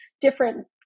different